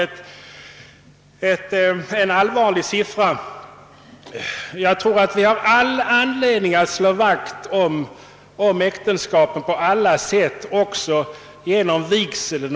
Det är verkligen allvarliga siffror. Vi har all anledning att slå vakt om äktenskapet på alla sätt och därvid också uppmärksamma vigseln.